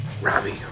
Robbie